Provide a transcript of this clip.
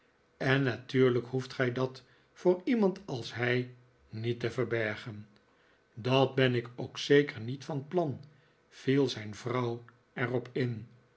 en natuurlijk hoeft gij dat voor iemand als hij niet te verbergen dat ben ik ook zeker niet van plan viel zijn vrouw er op in